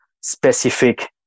specific